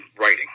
writing